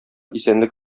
исәнлек